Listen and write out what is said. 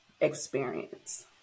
experience